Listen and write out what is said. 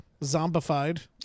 Zombified